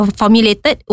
formulated